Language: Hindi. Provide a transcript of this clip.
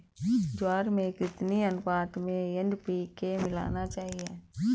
ज्वार में कितनी अनुपात में एन.पी.के मिलाना चाहिए?